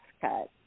cut